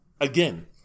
again